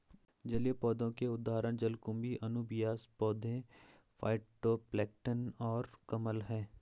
जलीय पौधों के उदाहरण जलकुंभी, अनुबियास पौधे, फाइटोप्लैंक्टन और कमल हैं